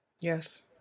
Yes